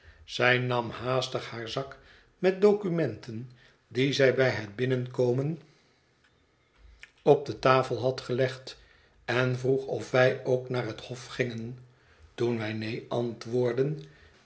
zij nam haastig haar zak met documenten die zij bij het binnenkomen op de tafel het verlaten huis had gelegd en vroeg of wij ook naar heb hof gingen toen wij neen antwoordden